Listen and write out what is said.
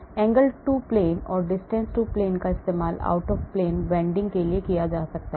angle to plane or distance to plane का इस्तेमाल out of plane bending के लिए किया जा सकता है